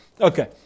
Okay